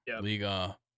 Liga